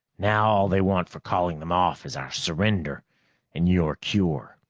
now all they want for calling them off is our surrender and your cure.